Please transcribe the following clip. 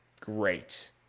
Great